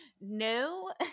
No